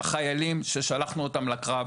החיילים ששלחנו אותם לקרב,